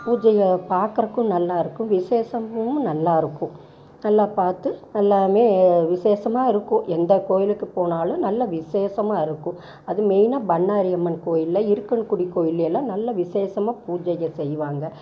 பூஜைகள் பார்க்கறக்கும் நல்லா இருக்கும் விசேஷமும் நல்லா இருக்கும் நல்லா பார்த்து எல்லாமே விசேஷமாக இருக்கும் எந்த கோயிலுக்கு போனாலும் நல்லா விசேஷமா இருக்கும் அது மெயினா பண்ணாரி அம்மன் கோயில்ல இருக்கன்குடி கோயில்ல எல்லாம் நல்லா விசேஷமாக பூஜையை செய்வாங்க